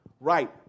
Right